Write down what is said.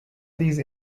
these